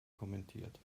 kommentiert